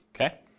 okay